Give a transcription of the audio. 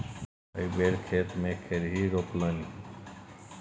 एहि बेर खेते मे खेरही रोपलनि